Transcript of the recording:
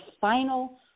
final